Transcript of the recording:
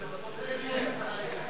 אז, זה באמת העניין.